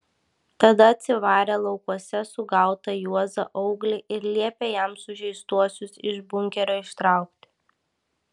tada atsivarė laukuose sugautą juozą auglį ir liepė jam sužeistuosius iš bunkerio ištraukti